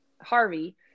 harvey